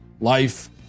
life